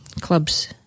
clubs